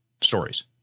stories